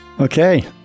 Okay